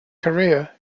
korea